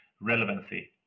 relevancy